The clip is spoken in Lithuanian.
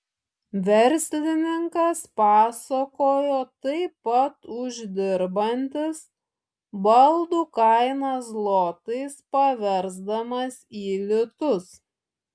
verslininkas pasakojo taip pat uždirbantis baldų kainą zlotais paversdamas į litus